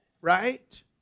right